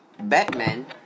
Batman